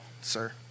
sir